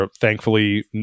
thankfully